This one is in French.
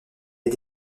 est